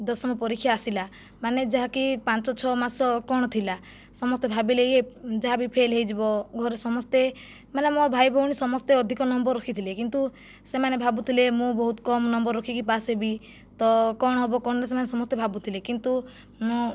ଦଶମ ପରୀକ୍ଷା ଆସିଲା ମାନେ ଯାହାକି ପାଞ୍ଚ ଛଅ ମାସ କ'ଣ ଥିଲା ସମସ୍ତେ ଭାବିଲେ ଇଏ ଯାହା ବି ଫେଲ୍ ହୋଇଯିବ ଘରେ ସମସ୍ତେ ମାନେ ମୋ ଭାଇଭଉଣୀ ସମସ୍ତେ ଅଧିକ ନମ୍ବର ରଖିଥିଲେ କିନ୍ତୁ ସେମାନେ ଭାବୁଥିଲେ ମୁଁ ବହୁତ କମ ନମ୍ବର ରଖିକି ପାସ୍ ହେବି ତ କ'ଣ ହେବ କ'ଣ ନାହିଁ ସେମାନେ ଭାବୁଥିଲେ କିନ୍ତୁ ମୁଁ